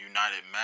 United